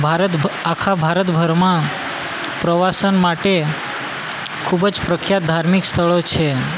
ભારત આખા ભારતભરમાં પ્રવાસન માટે ખૂબ જ પ્રખ્યાત ધાર્મિક સ્થળો છે